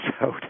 out